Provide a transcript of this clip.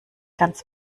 ganz